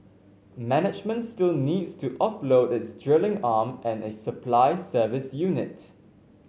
management still needs to offload its drilling arm and a supply service unit